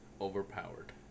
Overpowered